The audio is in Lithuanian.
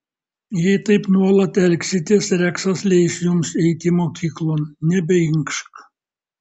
jei taip nuolat elgsitės reksas leis jums eiti mokyklon nebeinkš